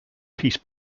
peace